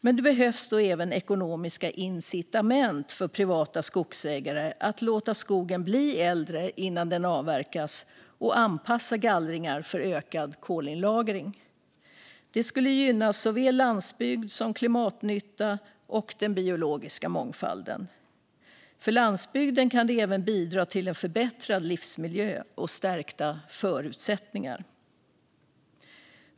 Men det behövs även ekonomiska incitament för privata skogsägare att låta skogen bli äldre innan den avverkas och anpassa gallringar för ökad kolinlagring. Det skulle gynna såväl landsbygd som klimatnytta liksom den biologiska mångfalden. För landsbygden kan det även bidra till en förbättrad livsmiljö och stärkta förutsättningar.